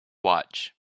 watch